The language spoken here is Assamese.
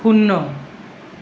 শূন্য